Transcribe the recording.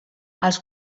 els